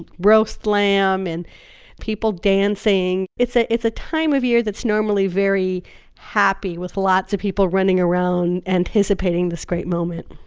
roast lamb and people dancing. it's ah it's a time of year that's normally very happy, with lots of people running around, anticipating this great moment